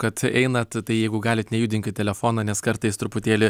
kad einat tai jeigu galit nejudinkit telefono nes kartais truputėlį